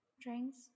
drinks